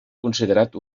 considerat